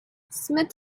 smith